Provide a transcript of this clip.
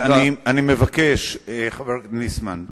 חבר הכנסת ליצמן, אני מבקש שתתקדם.